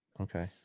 Okay